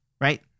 right